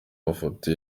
amafoto